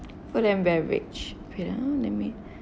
food and beverage wait ah let me